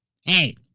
Hey